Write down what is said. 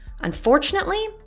Unfortunately